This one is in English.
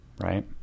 right